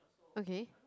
okay